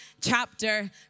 chapter